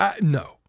No